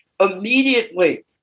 immediately